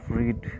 read